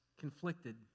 conflicted